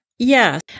Yes